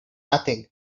nothing